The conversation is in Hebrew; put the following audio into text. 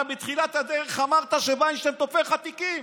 אתה בתחילת הדרך אמרת שוינשטין תופר לך תיקים.